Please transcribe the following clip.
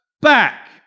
back